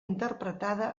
interpretada